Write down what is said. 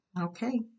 Okay